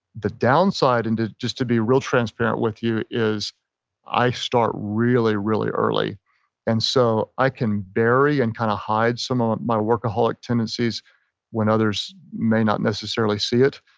the downside and to just to be real transparent with you is i start really, really early and so i can bury and kind of hide some of um my workaholic tendencies when others may not necessarily see it.